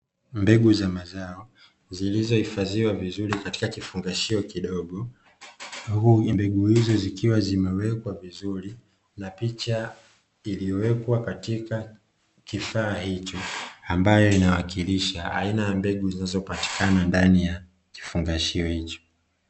Mbegu za mazao zilizohifadhiwa vizuri katika kifungashio kidogo mbegu hizo zikiwa zimewekwa vizuri, na picha iliyowekwa katika kifaa hicho ambayo inawakilisha aina ya mbegu zinazopatikana ndani ya jifungashio hicho.